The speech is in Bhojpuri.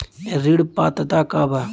ऋण पात्रता का बा?